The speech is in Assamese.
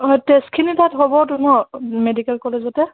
অঁ টেষ্টখিনি তাত হ'বতো ন' মেডিকেল কলেজতে